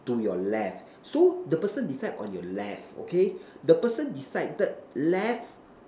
to your left so the person decide on your left okay the person decided left